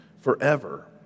forever